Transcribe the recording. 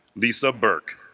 lisa burke,